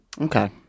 Okay